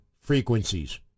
frequencies